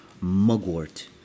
Mugwort